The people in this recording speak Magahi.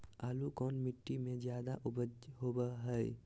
आलू कौन मिट्टी में जादा ऊपज होबो हाय?